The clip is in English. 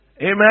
Amen